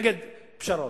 נגד פשרות.